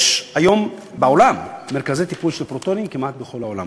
יש היום בעולם מרכזי טיפול בקרינת פרוטונים כמעט בכל העולם.